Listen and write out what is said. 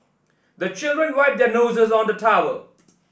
the children wipe their noses on the towel